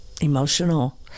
emotional